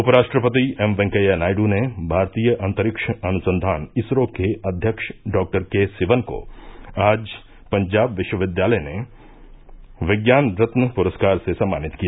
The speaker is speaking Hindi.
उप राष्ट्रपति एम वेंकैया नायड् ने भारतीय अंतरिक्ष अनुसंधान इसरो के अध्यक्ष डॉक्टर के सिवन को आज पंजाब विश्वविद्यालय विज्ञान रत्न पुरस्कार से सम्मानित किया